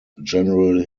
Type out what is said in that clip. general